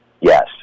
Yes